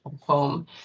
home